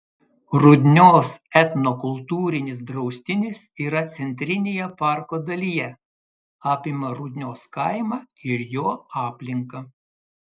rudnios etnokultūrinis draustinis yra centrinėje parko dalyje apima rudnios kaimą ir jo aplinką